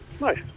Nice